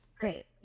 great